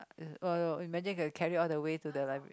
uh [oh]-my-god imagine I got to carry all the way to the library